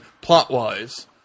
plot-wise